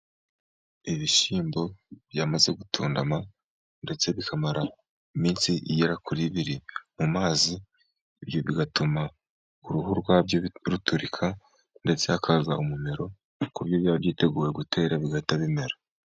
Ibishyimbo byamaze gutumbama ndetse bikamara iminsi igera kuri ibiri mu mazi, ibyo bigatuma uruhu rwabyo ruturika ndetse hakaza umumero ku buryo byaba byiteguye gutera bigahita bimera.